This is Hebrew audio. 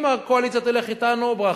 אם הקואליציה תלך אתנו, ברכה,